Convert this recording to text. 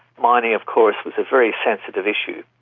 mining of course was a very sensitive issue,